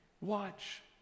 Watch